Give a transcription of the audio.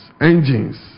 engines